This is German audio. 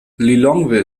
lilongwe